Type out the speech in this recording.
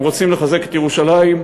אם רוצים לחזק את ירושלים,